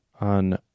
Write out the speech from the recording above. on